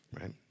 right